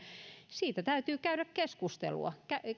täytyy käydä keskustelua